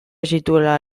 zituela